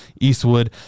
Eastwood